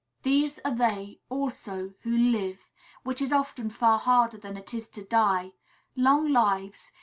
these are they, also, who live which is often far harder than it is to die long lives,